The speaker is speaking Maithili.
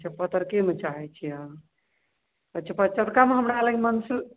अच्छा पतरकेमे चाहैत छी अहाँ अच्छा पतरकामे हमरा लग मंसू